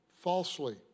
falsely